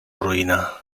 roïna